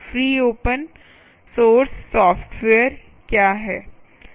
free open source software क्या है